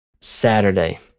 Saturday